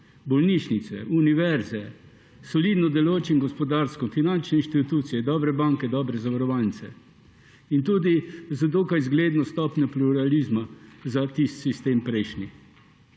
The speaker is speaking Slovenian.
bolnišnice, univerze, solidno delujoče gospodarstvo, finančne institucije, dobre banke, dobre zavarovalnice, in tudi z dokaj zgledno stopnjo pluralizma za tisti prejšnji